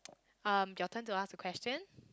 um your turn to ask the question